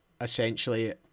essentially